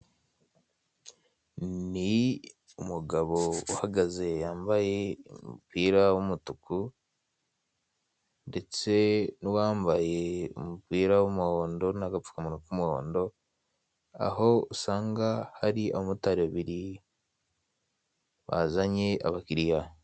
Ni umugabo uhagaze wambaye umupira w'umutuku ndetse n'uwambaye umupira w'umuhono n'agapfukamunwa k'umuhondo, aho usanga hari abamotari babiri bazanye abakiriya.